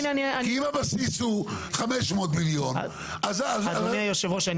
אם הבסיס הוא 500 מיליון --- אדוני היושב-ראש,